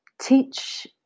teach